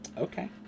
Okay